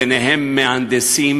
ביניהם מהנדסים,